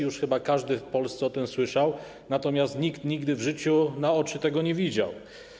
Już chyba każdy w Polsce o tym słyszał, natomiast nikt nigdy w życiu na oczy tego nie widział.